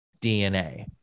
DNA